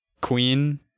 Queen